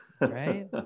right